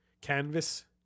canvas